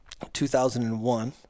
2001